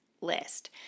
list